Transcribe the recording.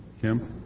Kim